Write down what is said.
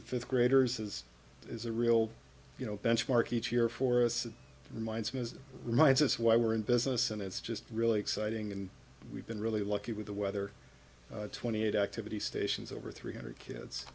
hundred fifth graders as is a real you know benchmark each year for us reminds me reminds us why we're in business and it's just really exciting and we've been really lucky with the weather twenty eight activity stations over three hundred kids